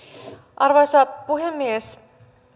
arvoisa puhemies